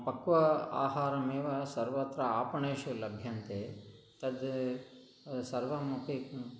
पक्वम् आहारमेव सर्वत्र आपणेषु लभ्यन्ते तद् सर्वमपि